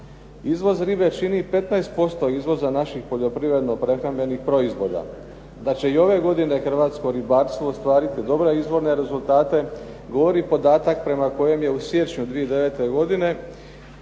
Izvoz ribe čini 15% izvoza naših poljoprivredno prehrambenih proizvoda. Da će i ove godine hrvatsko ribarstvo ostvariti dobre …/Govornik udaljen od mikrofona, ne razumije se./… rezultate govori i podatak prema kojem je u siječnju 2009. godine